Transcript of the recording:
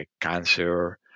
cancer